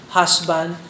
husband